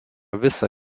visą